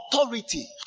authority